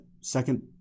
second